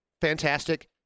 fantastic